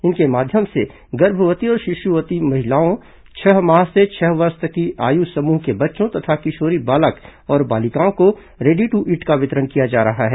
इनके माध्यम से गर्भवती और शिशुवती महिलाओं छह माह से छह वर्ष तक की आयु समूह के बच्चों तथा किशोरी बालक और बालिकाओं को रेडी ट्र ईट का वितरण किया जा रहा है